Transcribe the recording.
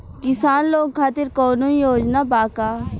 किसान लोग खातिर कौनों योजना बा का?